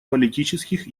политических